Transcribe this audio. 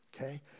okay